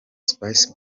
spice